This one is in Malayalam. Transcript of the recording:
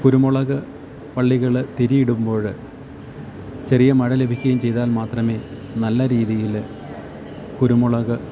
കുരുമുളക് വള്ളികൾ തിരിയിടുമ്പോഴ് ചെറിയ മഴ ലഭിക്കയും ചെയ്താൽ മാത്രമേ നല്ല രീതിയിൽ കുരുമുളക്